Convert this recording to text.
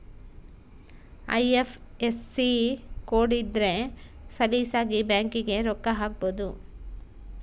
IFSC code ಇದ್ರ ಸಲೀಸಾಗಿ ಬ್ಯಾಂಕಿಗೆ ರೊಕ್ಕ ಹಾಕ್ಬೊದು